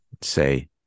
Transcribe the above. say